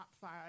five